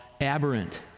aberrant